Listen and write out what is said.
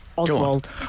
Oswald